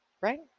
Right